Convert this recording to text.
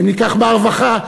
האם ניקח מהרווחה?